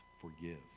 forgive